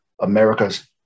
America's